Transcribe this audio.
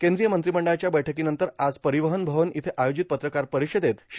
केंद्रीय मंत्रिमंडळाच्या बैठकी नंतर आज परिवहन भवन इथं आयोजित पत्रकार परिषदेत श्री